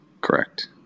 Correct